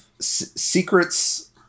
secrets